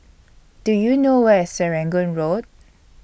Do YOU know Where IS Serangoon Road